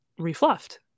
refluffed